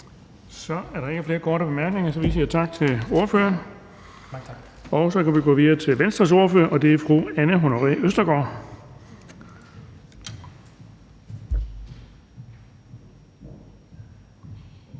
Der er ikke flere korte bemærkninger, så vi siger tak til ordføreren. Og så kan vi gå videre til Venstres ordfører, og det er fru Anne Honoré Østergaard.